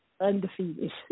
undefeated